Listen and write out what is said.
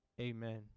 Amen